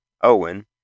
Owen